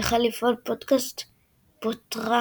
החל לפעול פודקאסט "פוטרקאסט".